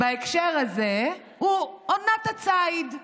בהקשר הזה הוא עונת הציד.